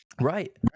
Right